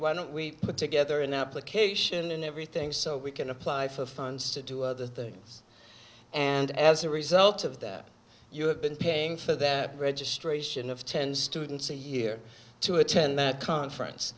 why don't we put together an application and everything so we can apply for funds to do other things and as a result of that you have been paying for that registration of ten students in here to attend that conference